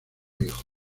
hijos